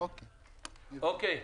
אוקיי.